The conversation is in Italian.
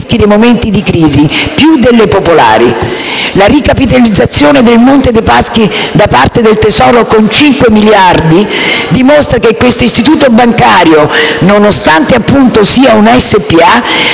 La ricapitalizzazione del Monte dei Paschi da parte del Tesoro con 5 miliardi dimostra che questo istituto bancario, nonostante appunto sia una